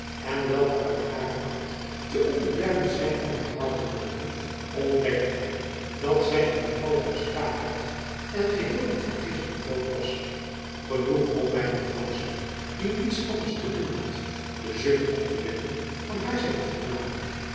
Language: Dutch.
en welke uit haren aart te onbeduidend zijn om herhaald te worden ontdekte hy dat zy een bevallige spraak had en geheel niet van geest ontbloot was genoeg om by een franschman die niets anders te doen had de zucht op te wekken van haar zijn hof te maken